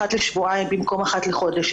אחת לשבועיים במקום אחת לחודש,